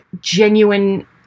genuine